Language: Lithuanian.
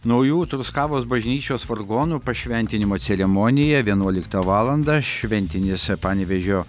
naujų truskavos bažnyčios vargonų pašventinimo ceremonija vienuoliktą valandą šventinis panevėžio